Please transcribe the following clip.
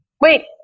wait